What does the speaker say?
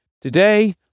Today